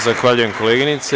Zahvaljujem, koleginice.